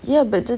ya but then